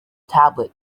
tablet